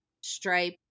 Stripe